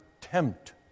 tempt